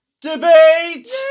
Debate